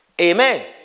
Amen